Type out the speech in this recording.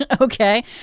Okay